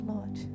Lord